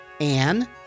Anne